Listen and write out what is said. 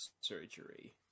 surgery